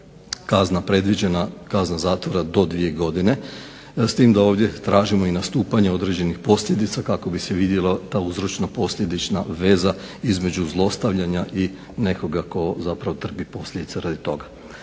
kazna predviđena, kazna zatvora do 2 godine, s tim da ovdje tražimo i nastupanje određenih posljedica kako bi se vidjela ta uzročno-posljedična veza između zlostavljanja i nekoga tko zapravo trpi posljedice radi toga.